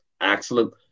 excellent